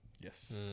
Yes